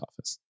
office